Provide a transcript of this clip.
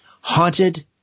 Haunted